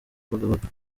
kibagabaga